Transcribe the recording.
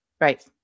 Right